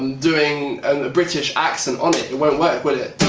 and doing and a british accent um it won't work, will it.